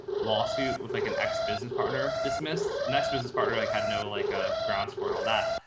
lawsuit with like an ex business partner dismissed next business partner, like had no like a grounds for all that.